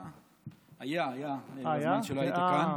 היה, היה, כשלא היית כאן.